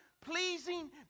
pleasing